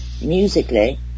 musically